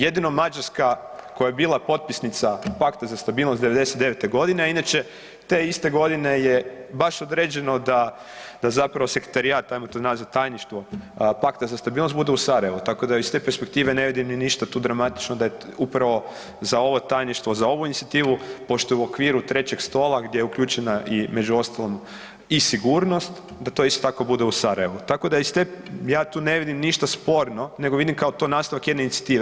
Jedino Mađarska koja je bila potpisnica Pakta za stabilnost '99.-te godine, inače te iste godine je baš određeno da, da zapravo Sekretarijat, ajmo to nazvat Tajništvo Pakta za stabilnost bude u Sarajevu, tako da je iz te perspektive ne vidim ni ništa tu dramatično da je upravo za ovo Tajništvo za ovu Inicijativu, pošto je u okviru Trećeg stola gdje je uključena i među ostalog i sigurnost, da to isto tako bude u Sarajevu, tako da je iz te, ja tu ne vidim ništa sporno, nego vidim kao to nastavak jedne Inicijative.